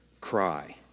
cry